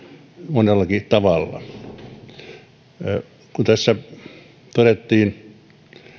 monellakin tavalla tässä todettiin